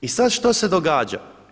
I sad što se događa?